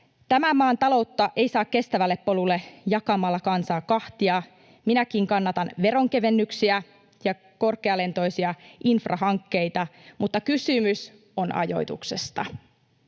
Tämän maan taloutta ei saa kestävälle polulle jakamalla kansaa kahtia. Minäkin kannatan veronkevennyksiä ja korkealentoisia infrahankkeita, mutta kysymys on ajoituksesta.